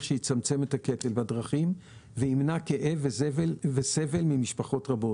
שיצמצם את הקטל בדרכים וימנע כאב וסבל ממשפחות רבות.